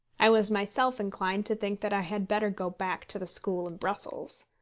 i was myself inclined to think that i had better go back to the school in brussels.